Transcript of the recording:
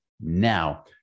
now